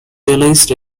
realized